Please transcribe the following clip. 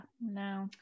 no